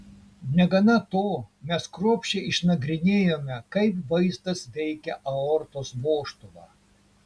negana to mes kruopščiai išnagrinėjome kaip vaistas veikia aortos vožtuvą